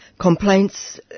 complaints